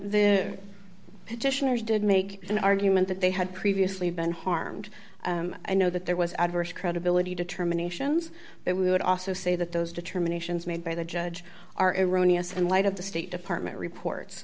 is did make an argument that they had previously been harmed i know that there was adverse credibility determinations but we would also say that those determinations made by the judge are iranians in light of the state department reports